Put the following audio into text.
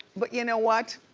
but you know what,